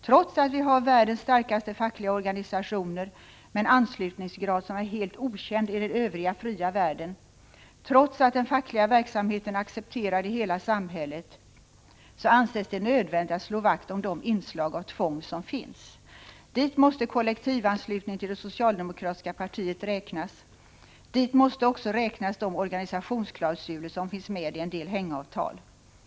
Trots att vi har världens starkaste fackliga organisationer, med en anslutningsgrad som är helt okänd i den övriga fria industrivärlden, och trots att den fackliga verksamheten är accepterad i hela samhället, anses det nödvändigt att slå vakt om de inslag av tvång som finns. Dit måste kollektivanslutningen till det socialdemokratiska partiet räknas. Dit hör också de organisationsklausuler som finns med i en del hängavtal.